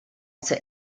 sir